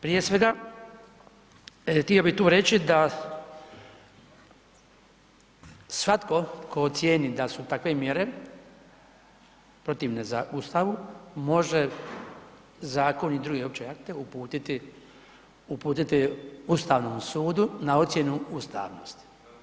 Prije svega, htio bi reći da svatko ko ocijeni da su takve mjere protivne Ustavu može zakon i druge opće akte uputiti, uputiti Ustavnom sudu na ocjenu ustavnosti.